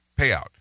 payout